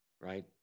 right